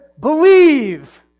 believe